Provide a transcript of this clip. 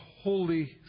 holy